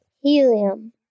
Helium